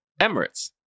Emirates